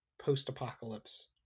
post-apocalypse